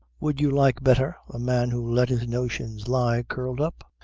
would you like better a man who let his notions lie curled up?